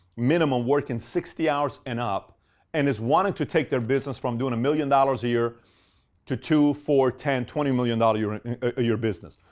minimum working sixty hours and up and is wanting to take their business from doing a million dollars a year to two, four, ten, twenty million dollar and a year business.